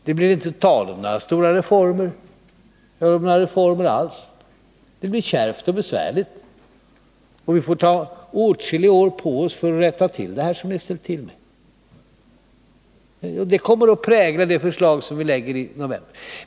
att det inte blir tal om några stora reformer — eller om några reformer alls. Det blir kärvt och besvärligt. Vi får ta åtskilliga år på oss för att rätta till det som ni har ställt till med. Det kommer att prägla det förslag som vi lägger fram i mitten av november.